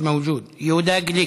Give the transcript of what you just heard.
מיש מווג'וד, יהודה גליק,